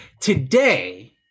Today